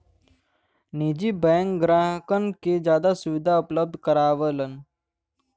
निजी बैंक ग्राहकन के जादा सुविधा उपलब्ध करावलन